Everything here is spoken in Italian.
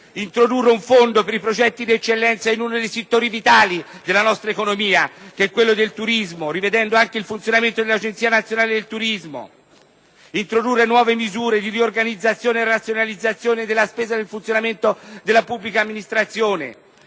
introdurre un fondo per i progetti di eccellenza in uno dei settori vitali della nostra economia, quello del turismo, rivedendo anche il funzionamento dell'Agenzia nazionale del turismo; introdurre nuove misure di riorganizzazione e razionalizzazione della spesa e del funzionamento della pubblica amministrazione;